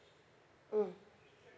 mm